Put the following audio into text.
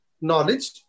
knowledge